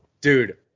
Dude